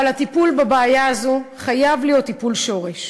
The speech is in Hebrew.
אבל הטיפול בבעיה הזאת חייב להיות טיפול שורש.